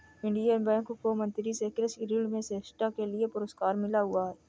Indian bank को मंत्री से कृषि ऋण में श्रेष्ठता के लिए पुरस्कार मिला हुआ हैं